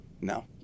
No